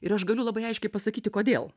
ir aš galiu labai aiškiai pasakyti kodėl